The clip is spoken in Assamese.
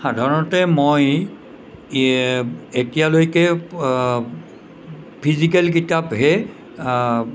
সাধাৰণতে মই এতিয়ালৈকে ফিজিকেল কিতাপহে